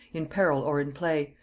in peril or in play,